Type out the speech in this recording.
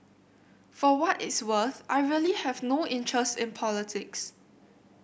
for what it is worth I really have no interest in politics